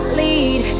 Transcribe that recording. lead